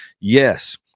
Yes